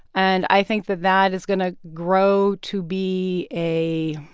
and i think that that is going to grow to be a